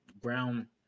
brown